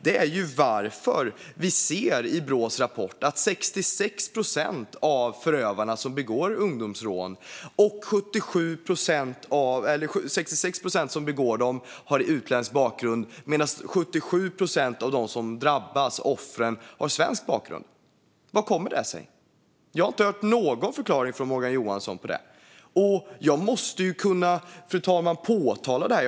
Men jag vill veta varför vi i Brås rapport ser att 66 procent av förövarna bakom ungdomsrån har utländsk bakgrund medan 77 procent av dem som drabbas, offren, har svensk bakgrund. Hur kommer det sig? Jag har inte hört någon förklaring från Morgan Johansson till det. Fru talman! Jag måste kunna påpeka det här.